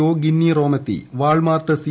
O Ginni Rometty Walmart C